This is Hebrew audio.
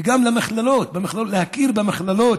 וגם מכללות, להכיר במכללות.